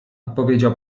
odpowiedział